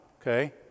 Okay